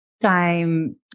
time